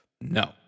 No